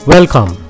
Welcome